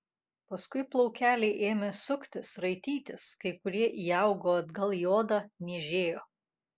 paskui plaukeliai ėmė suktis raitytis kai kurie įaugo atgal į odą niežėjo